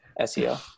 seo